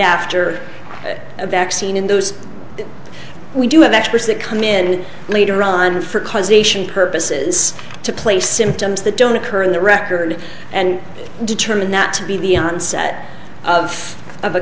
after a vaccine in those we do have experts that come in later on for causation purposes to place symptoms that don't occur in the record and determine that to be the onset of